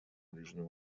ближнем